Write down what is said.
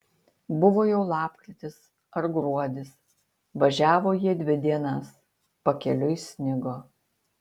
buvo jau lapkritis ar gruodis važiavo jie dvi dienas pakeliui snigo